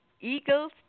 eagles